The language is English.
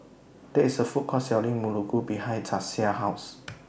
There IS A Food Court Selling Muruku behind Jasiah's House